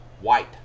white